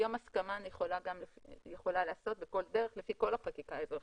היום הסכמה יכולה להיעשות בכל דרך לפי כל החקיקה האזרחית.